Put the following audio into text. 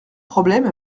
problème